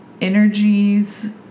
energies